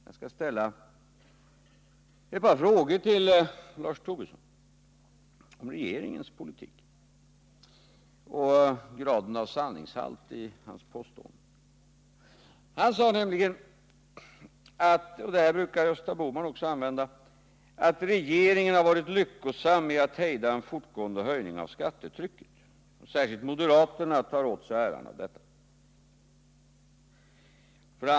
Jag skall ställa ett par frågor till Lars Tobisson om regeringspolitiken och graden av sanning i hans påståenden. Han sade nämligen, och det argumentet brukar Gösta Bohman också använda, att regeringen har varit lyckosam med att hejda en fortgående höjning av skattetrycket. Särskilt moderaterna tar åt sig äran av det.